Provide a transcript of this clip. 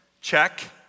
check